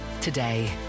today